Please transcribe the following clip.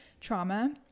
trauma